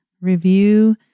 review